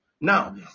Now